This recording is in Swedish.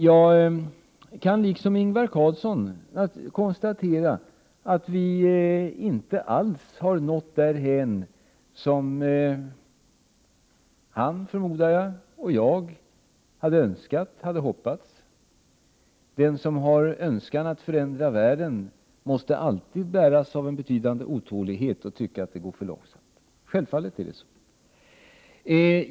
Jag kan liksom Ingvar Carlsson konstatera att vi inte alls har nått dithän som han, förmodar jag, och jag hade önskat och hoppats. Den som har en önskan att förändra världen måste självfallet alltid bäras av en betydande otålighet och tycka att det går för långsamt.